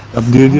of the